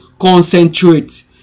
concentrate